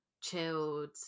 chilled